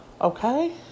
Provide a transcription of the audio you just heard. Okay